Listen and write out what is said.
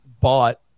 bought